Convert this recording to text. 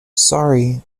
sorry